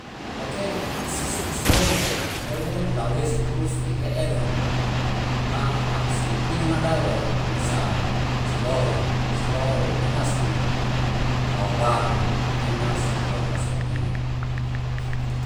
Heke si loi mo'o siloi more di lau esi puru si he ele mo'o. Na aku si inu nadau bisa siloi, siloi nena si hawawaru nena sihono haso mie.